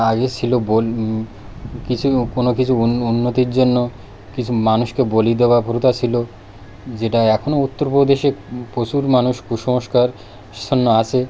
আগে ছিল কিছু কোনো কিছু উন্নতির জন্য কিছু মানুষকে বলি দেওয়া প্রথা ছিল যেটা এখনও উত্তরপ্রদেশে প্রচুর মানুষ কুসংস্কারাচ্ছন্ন আছে